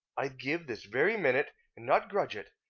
i'd give this very minute, and not grudge it,